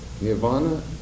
Nirvana